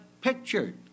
pictured